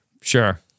Sure